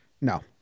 No